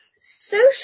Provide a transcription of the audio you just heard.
Social